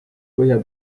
põhja